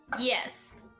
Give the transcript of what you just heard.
Yes